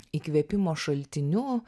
įkvėpimo šaltiniu